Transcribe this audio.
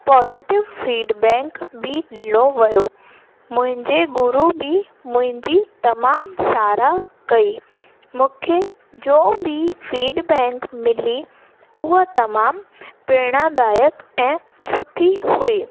positive feedback बि ॾिनो वियो मुंहिंजे गुरु बि मुंहिंजी तमामु साराह कई मूंखे जो बि फीडबैक मिली उहा तमामु प्रेरणा दायकु ऐं सुठी हुई